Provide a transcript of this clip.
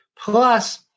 Plus